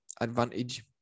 advantage